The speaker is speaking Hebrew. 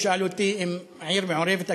ששאל אותי אם עיר מעורבת,